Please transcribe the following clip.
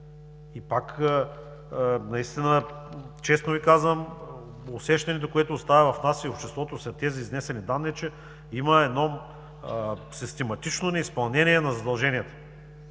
с тези 18 лица?! Честно Ви казвам, усещането, което остава в нас и обществото след тези изнесени данни, е, че има систематично неизпълнение на задълженията.